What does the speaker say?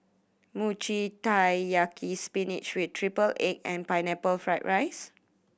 Mochi Taiyaki spinach with triple egg and Pineapple Fried rice